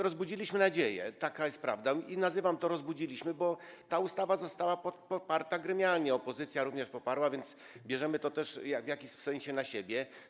Rozbudziliśmy nadzieję - taka jest prawda - i mówię: rozbudziliśmy, bo ta ustawa została poparta gremialnie, opozycja również ją poparła, więc bierzemy to też w jakimś sensie na siebie.